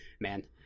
man